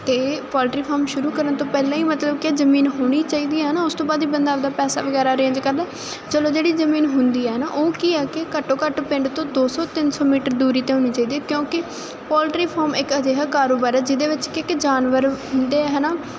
ਤੇ poultry farm ਸ਼ੁਰੂ ਕਰਨ ਤੋਂ ਪਹਿਲਾਂ ਹੀ ਮਤਲਬ ਕਿ ਜਮੀਨ ਹੋਣੀ ਚਾਹੀਦੀ ਹੈ ਨਾ ਉਸ ਤੋਂ ਬਾਅਦ ਇਹ ਬੰਦਾ ਆਪਦਾ ਪੈਸਾ ਵਗੈਰਾ ਅਰੇਂਜ ਕਰਦਾ ਚਲੋ ਜਿਹੜੀ ਜਮੀਨ ਹੁੰਦੀ ਹੈ ਨਾ ਉਹ ਕੀ ਆ ਕਿ ਘੱਟੋ ਘੱਟ ਪਿੰਡ ਤੋਂ ਦੋ ਸੌ ਤਿੰਨ ਸੌ ਮੀਟਰ ਦੂਰੀ ਤੇ ਹੋਣੀ ਚਾਹੀਦੀ ਹੈ ਕਿਉਂਕਿ ਪੋਲਟਰੀ ਫੋਰਮ ਇੱਕ ਅਜਿਹਾ ਕਾਰੋਬਾਰੀ ਜਿਹਦੇ ਵਿੱਚ ਕਿ ਜਾਨਵਰ ਹੁੰਦੇ ਹਨਾ